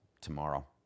tomorrow